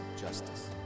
justice